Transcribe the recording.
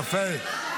יפה.